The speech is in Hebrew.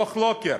דוח לוקר.